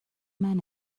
منه